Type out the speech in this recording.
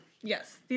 Yes